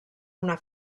una